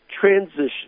transition